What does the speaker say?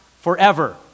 forever